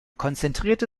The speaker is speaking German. konzentrierte